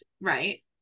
right